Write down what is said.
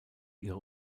ihre